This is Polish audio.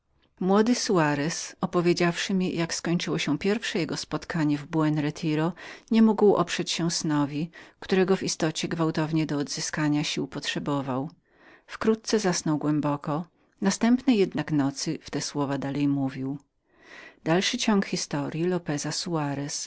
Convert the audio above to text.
młody soarez opowiedziawszy mi jak skończyło się pierwsze jego spotkanie w buen retiro nie mógł oprzeć się snowi którego w istocie gwałtownie do odzyskania sił potrzebował wkrótce zasnął głęboko następnej jednak nocy w te słowa prowadził opuściłem buen retiro z